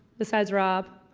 besides rob?